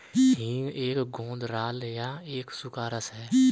हींग एक गोंद राल या एक सूखा रस है